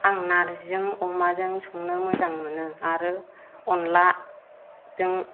आं नार्जिजों अमाजों संनो मोजां मोनो आरो अनला जों